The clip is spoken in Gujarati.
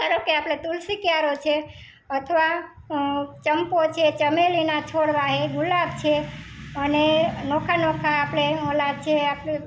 ધારો કે આપણે તુળસી ક્યારો છે અથવા ચંપો છે ચમેલીનાં છોડવાં છે ગુલાબ છે અને નોખા નોખા આપણે પેલાં જે આપણું